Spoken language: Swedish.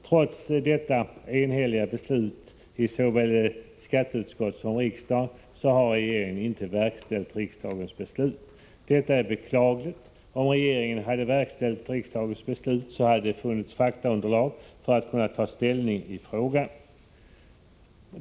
Trots detta enhälliga beslut i såväl skatteutskottet som i riksdagens kammare har regeringen inte verkställt riksdagens beslut. Detta är beklagligt. Om regeringen hade verkställt riksdagens beslut hade det funnits faktaunderlag för att man skulle kunna ta ställning till frågan.